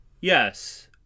Yes